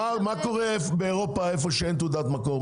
מה קורה באירופה, איפה שאין תעודת מקור?